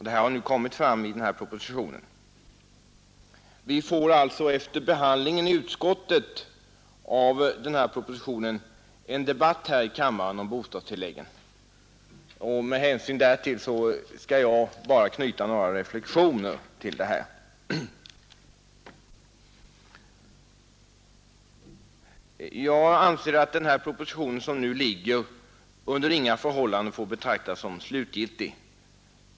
Denna har också medtagits i nämnda proposition. Vi får alltså efter behandlingen i utskottet av propositionen en debatt här i kammaren om bostadstilläggen. Med hänsyn till det skall jag nu bara knyta några korta reflexioner till frågan. Jag anser att den proposition som framlagts under inga förhållanden får betraktas som slutgiltig.